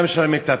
גם של המטפל,